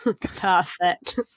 Perfect